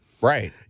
right